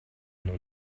einen